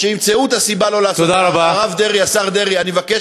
שימצאו את הסיבה שלא לעשות